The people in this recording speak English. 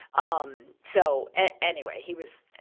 um, so, anyway, he was,